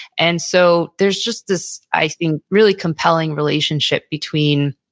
and so there's just this, i think, really compelling relationship between